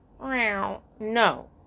No